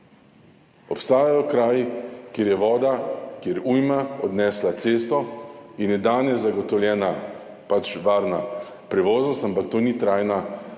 Obstajajo kraji, kjer je voda, kjer je ujma odnesla cesto in je danes zagotovljena varna prevoznost, ampak to ni trajna